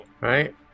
right